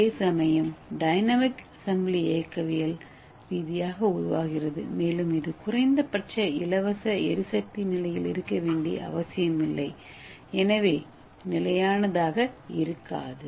அதேசமயம் dynamic assembly இயக்கவியல் ரீதியாக உருவாகிறது மேலும் இது குறைந்தபட்ச இலவச எரிசக்தி நிலையில் இருக்க வேண்டிய அவசியமில்லை எனவே நிலையானதாக இருக்காது